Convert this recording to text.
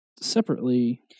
separately